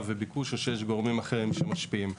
וביקוש או שיש גורמים אחרים שמשפיעים.